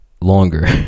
Longer